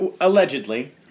Allegedly